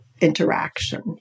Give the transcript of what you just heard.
Interaction